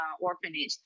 orphanage